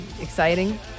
exciting